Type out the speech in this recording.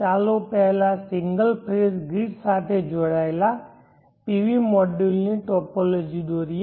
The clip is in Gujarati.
ચાલો પહેલા સિંગલ ફેઝ ગ્રીડ સાથે જોડાયેલા PV મોડ્યુલની ટોપોલોજી દોરીએ